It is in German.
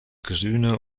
grüne